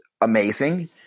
amazing